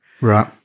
Right